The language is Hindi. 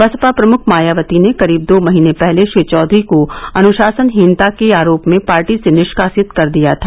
बसपा प्रमुख मायावती ने करीब दो महीने पहले श्री चौधरी को अनुशासनहीनता के आरोप में पार्टी से निष्कासित कर दिया था